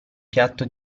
piatto